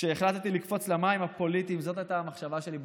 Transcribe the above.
כשהחלטתי לקפוץ למים הפוליטיים זאת הייתה המחשבה שלי בראש,